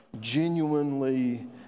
genuinely